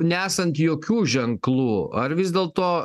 nesant jokių ženklų ar vis dėlto